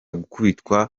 gukubitwa